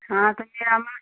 हाँ तो मेरा मा